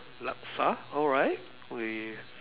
laksa alright with